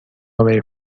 away